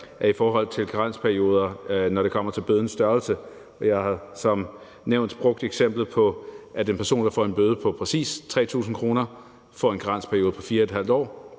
i forhold til karensperioder, når det kommer til bødens størrelse. Jeg har som nævnt brugt eksemplet med, at en person, der får en bøde på præcis 3.000 kr., får en karensperiode på 4½ år,